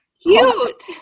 Cute